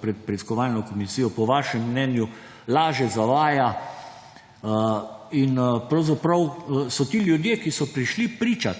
pred preiskovalno komisijo, po vašem mnenju laže, zavaja. In pravzaprav so ti ljudje, ki so prišli pričat,